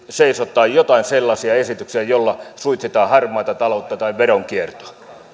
seisottaa joitakin sellaisia esityksiä joilla suitsitaan harmaata taloutta tai veronkiertoa